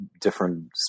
different